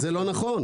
זה לא נכון.